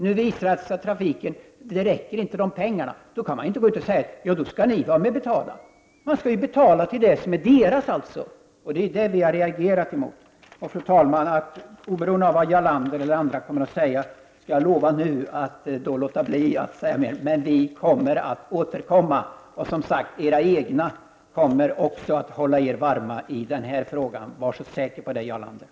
Nu visar det sig att pengarna inte räcker till för detta. Då kan man inte säga att någon annan skall betala för denna uppgift. Vad vi har reagerat mot är alltså att länstrafiken skall betala för sådant som ligger under statens ansvar. Fru talman! Oberoende av vad Jarl Lander eller andra kommer att säga lovar jag att nu inte yttra mig vidare i denna debatt. Men vi ämnar återkomma. Dessutom kommer också era egna att hålla er varma i denna fråga. Var så säker på det, Jarl Lander!